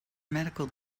medical